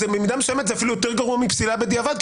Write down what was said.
אז במידה מסוימת זה אפילו יותר גרוע מפסילה בדיעבד,